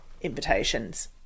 invitations